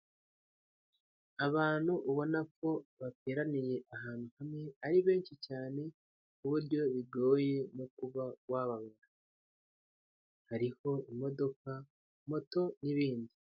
Abantu ubona ko bateraniye ahantu hamwe ari benshi cyane ku buryo bigoye no kuba wababara. Hariho imodoka, moto n'ibindi.